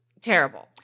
Terrible